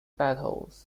battles